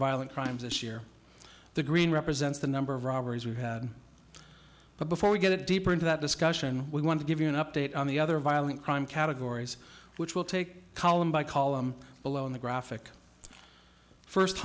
violent crimes this year the green represents the number of robberies we've had but before we get deeper into that discussion we want to give you an update on the other violent crime categories which will take column by column below in the graphic first